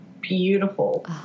beautiful